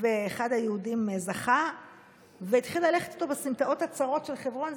ואחד היהודים זכה והתחיל ללכת איתו בסמטאות הצרות של חברון.